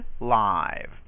live